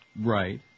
Right